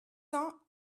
cents